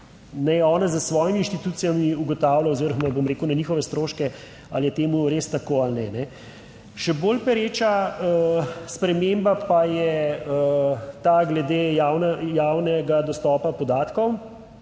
naj ona s svojimi inštitucijami ugotavlja oziroma bom rekel na njihove stroške ali je temu res tako ali ne. Še bolj pereča sprememba pa je ta glede javnega dostopa podatkov.